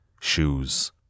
shoes